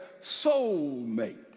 soulmate